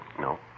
No